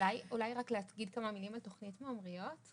אולי רק להגיד כמה מילים על תוכנית "ממריאות"?